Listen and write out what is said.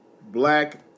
black